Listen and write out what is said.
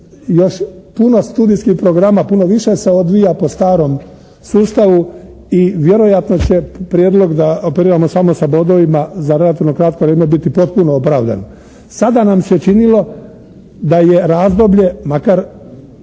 Još puno studijskih programa, puno više se odvija po starom sustavu i vjerojatno će prijedlog da operiramo samo sa bodovima za relativno kratko vrijeme biti potpuno opravdan. Sada nam se činilo da je razdoblje, makar